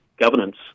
governance